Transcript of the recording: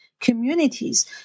communities